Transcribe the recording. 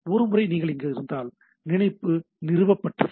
ஒருமுறை நீங்கள் அங்கு இருந்தால் இணைப்பு நிறுவப்பட்டது